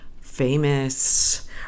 famous